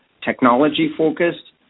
technology-focused